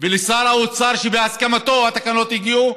ולשר האוצר, שבהסכמתו התקנות הגיעו,